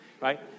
right